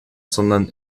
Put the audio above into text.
sondern